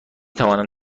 توانم